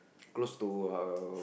close to uh